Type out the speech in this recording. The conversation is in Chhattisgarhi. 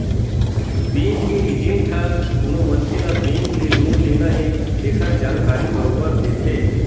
बेंक के एजेंट ह कोनो मनखे ल बेंक ले लोन लेना हे तेखर जानकारी बरोबर देथे